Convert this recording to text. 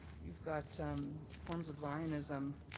you've got forms of zionism